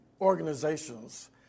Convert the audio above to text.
organizations